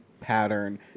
pattern